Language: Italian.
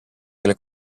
delle